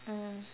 mm